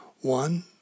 One